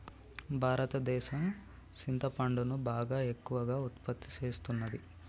భారతదేసం సింతపండును బాగా ఎక్కువగా ఉత్పత్తి సేస్తున్నది